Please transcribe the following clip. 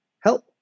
help